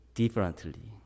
differently